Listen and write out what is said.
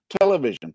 television